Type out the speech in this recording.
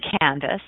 canvas